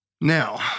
Now